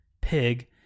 pig